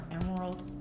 emerald